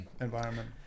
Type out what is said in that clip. environment